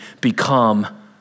become